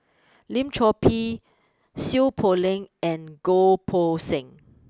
Lim Chor Pee Seow Poh Leng and Goh Poh Seng